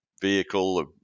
vehicle